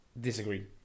disagree